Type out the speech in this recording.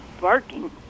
barking